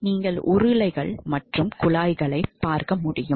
நீங்கள் உருளைகள் மற்றும் குழாய்களை பார்க்க முடியும்